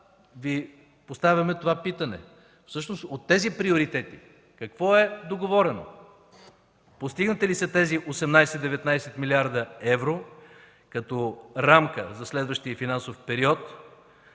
Ви поставяме това питане. Всъщност от тези приоритети какво е договорено? Постигнати ли са тези 18-19 млрд. евро като рамка за следващия финансов период?